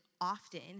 often